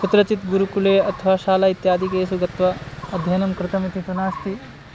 कुत्रचित् गुरुकुले अथवा शाला इत्यादिकेषु गत्वा अध्ययनं कृतमिति तु नास्ति